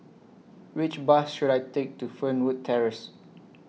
Which Bus should I Take to Fernwood Terrace